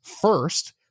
first